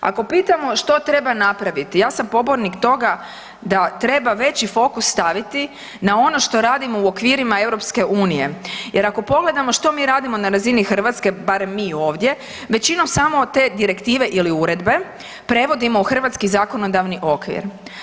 Ako pitamo što treba napraviti, ja sam pobornik toga da treba veći fokus staviti na ono što radimo u okvirima Europske unije, jer ako pogledamo što mi radimo na razini Hrvatske, barem mi ovdje, većinom samo te Direktive ili Uredbe prevodimo u hrvatski zakonodavni okvir.